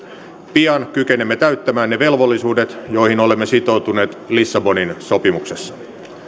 pian kykenemme täyttämään ne velvollisuudet joihin olemme sitoutuneet lissabonin sopimuksessa